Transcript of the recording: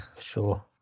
sure